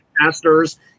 pastors